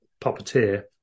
puppeteer